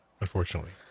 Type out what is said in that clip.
unfortunately